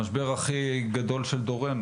המשבר הכי גדול של דורנו